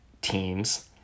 teams